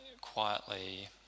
quietly